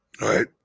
Right